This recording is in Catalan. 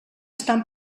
estan